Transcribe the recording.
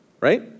right